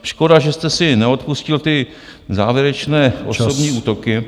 Škoda, že jste si neodpustil ty závěrečné osobní útoky.